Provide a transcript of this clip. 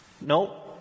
No